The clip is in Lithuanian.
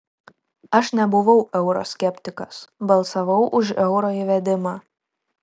aš nebuvau euro skeptikas balsavau už euro įvedimą